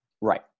Right